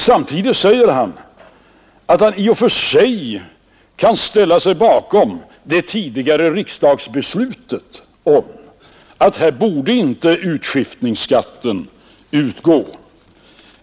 Samtidigt säger han att han i och för sig kan ställa sig bakom det tidigare riksdagsbeslutet om att här borde inte utskiftningsskatten utgå.